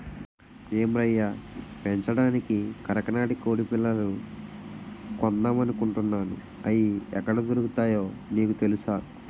ఏం రయ్యా పెంచడానికి కరకనాడి కొడిపిల్లలు కొందామనుకుంటున్నాను, అయి ఎక్కడ దొరుకుతాయో నీకు తెలుసా?